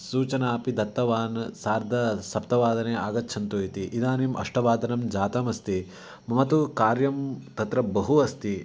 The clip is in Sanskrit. सूचनापि दत्तवान् सार्धसप्तवादने आगच्छन्तु इति इदानीम् अष्टवादनं जातमस्ति मम तु कार्यं तत्र बहु अस्ति